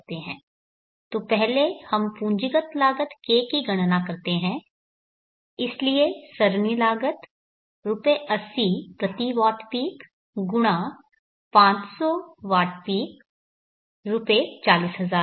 तो पहले हम पूंजीगत लागत K की गणना करते हैं इसलिए सरणी लागत रुपए अस्सी प्रति वॉट पीक × 500 वॉट पीक रुपये 40000 हैं